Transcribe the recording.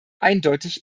eindeutig